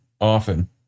Often